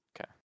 Okay